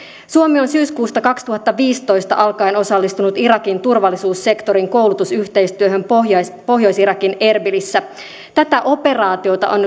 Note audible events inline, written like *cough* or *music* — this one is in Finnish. suomi on syyskuusta kaksituhattaviisitoista alkaen osallistunut irakin turvallisuussektorin koulutusyhteistyöhön pohjois pohjois irakin erbilissä tätä operaatiota on *unintelligible*